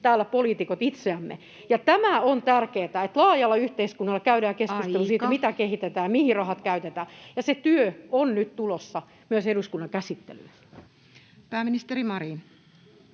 täällä poliitikkoja, meitä itseämme. Tämä on tärkeää, että laajasti yhteiskunnassa käydään keskustelua siitä, [Puhemies: Aika!] mitä kehitetään ja mihin rahat käytetään, ja se työ on nyt tulossa myös eduskunnan käsittelyyn. Pääministeri Marin.